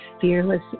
fearless